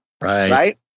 Right